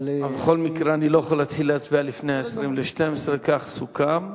אבל בכל מקרה אני לא יכול להתחיל להצביע לפני 23:40. כך סוכם.